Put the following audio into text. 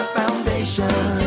foundation